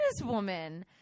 businesswoman